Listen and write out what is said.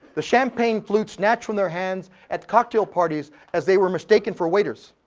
the champagne flutes snatched from their hands at cocktail parties as they were mistaken for waiters.